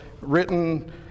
written